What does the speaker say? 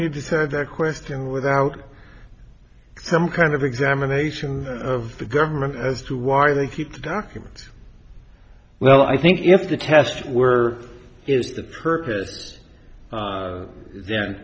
you decide that question without some kind of examination of the government as to why they keep the documents well i think if the test were is